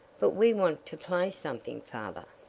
but we want to play something, father.